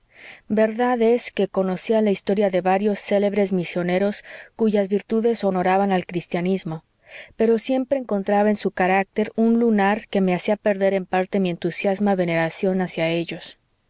verdad es que conocía la historia de varios célebres misioneros cuyas virtudes honraban al cristianismo pero siempre encontraba en su carácter un lunar que me hacía perder en parte mi entusiasta veneración hacia ellos